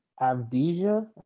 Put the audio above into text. Avdija